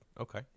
Okay